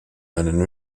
einen